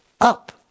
up